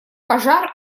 пожар